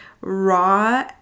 raw